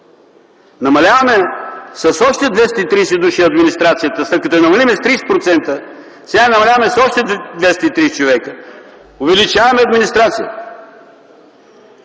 Намаляваме с още 230 души администрацията. След като я намалихме с 30%, сега я намаляваме с още 230 човека. Увеличаваме администрацията!?